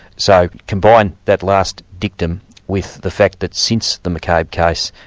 so combine that last dictum with the fact that since the mccabe case,